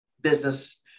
business